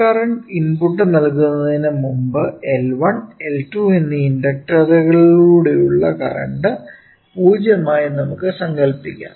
step current input നൽകുന്നതിന് മുൻപ് L1 L2 എന്നീ ഇണ്ടക്ടറുകളിലൂടെയുള്ള കറന്റ് 0 ആയി നമുക്ക് സങ്കല്പിക്കാം